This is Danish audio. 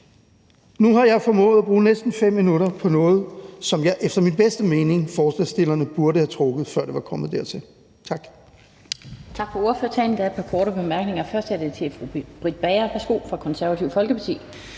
Nu har jeg formået at bruge næsten 5 minutter på noget, som jeg efter min bedste mening mener forslagsstillerne burde have trukket, før det var kommet hertil. Kl.